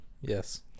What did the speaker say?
Yes